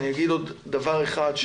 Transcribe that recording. אני אגיד עוד דבר אחד.